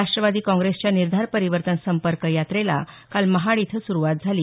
राष्ट्रवादी काँग्रेसच्या निर्धार परिवर्तन संपर्क यात्रेला काल महाड इथं सुरुवात झाली